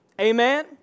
Amen